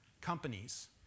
companies